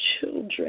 children